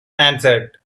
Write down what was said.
answered